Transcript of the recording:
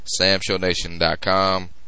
samshownation.com